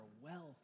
wealth